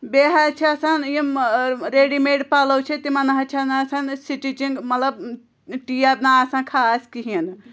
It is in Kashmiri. بیٚیہِ حظ چھِ آسان یِم ریڈی میڈ پَلو چھِ تِمَن نَہ حظ چھَنہٕ آسان سِٹِچِنٛگ مطلب ٹیب نَہ آسان خاص کِہیٖنۍ نہٕ